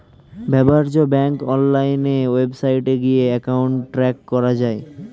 ব্যবহার্য bank online ওয়েবসাইটে গিয়ে অ্যাকাউন্ট ট্র্যাক করা যায়